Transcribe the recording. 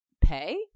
pay